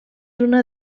una